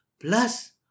Plus